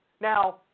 Now